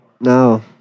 No